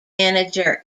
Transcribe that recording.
manager